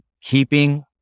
keeping